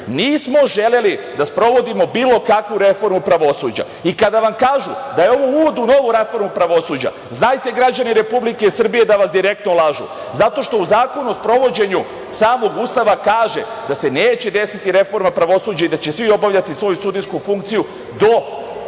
Nismo želeli da sprovodimo bilo kakvu reformu pravosuđa. Kada vam kažu da je ovo uvod u novu reformu pravosuđa znajte, građani Republike Srbije, da vas direktno lažu zato što u Zakonu o sprovođenju samog Ustava kaže da se neće desiti reforma pravosuđa i da će svi obavljati svoju sudijsku funkciju do samog